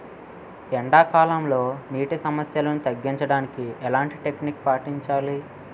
ఎండా కాలంలో, నీటి సమస్యలను తగ్గించడానికి ఎలాంటి టెక్నిక్ పాటించాలి?